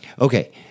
Okay